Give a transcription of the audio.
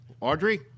Audrey